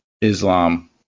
Islam